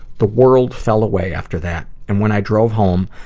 the world fell away after that, and when i drove home,